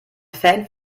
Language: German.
fan